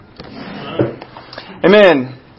Amen